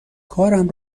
کارم